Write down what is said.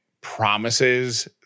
promises